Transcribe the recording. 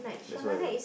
that's why